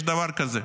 יש דבר כזה,